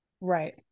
Right